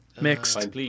Mixed